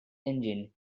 engined